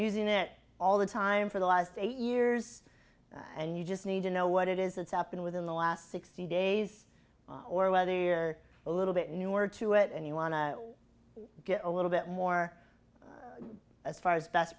using it all the time for the last eight years and you just need to know what it is that's happened within the last sixty days or whether you're a little bit newer to it and you want to get a little bit more as far as best